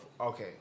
Okay